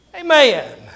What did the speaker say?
Amen